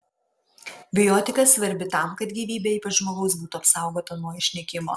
bioetika svarbi tam kad gyvybė ypač žmogaus būtų apsaugota nuo išnykimo